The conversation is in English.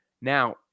Now